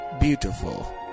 beautiful